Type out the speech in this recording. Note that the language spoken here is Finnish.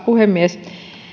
puhemies